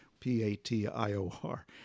P-A-T-I-O-R